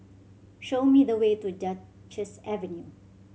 show me the way to Duchess Avenue